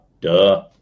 duh